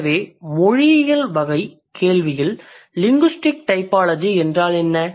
எனவே மொழியியல் வகை கேள்வியில் லிங்குஸ்டிக் டைபாலஜி என்றால் என்ன